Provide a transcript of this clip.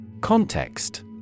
Context